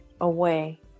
away